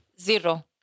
Zero